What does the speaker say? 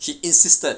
he insisted